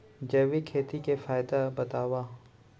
जैविक खेती के फायदा बतावा?